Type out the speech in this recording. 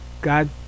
God